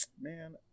Man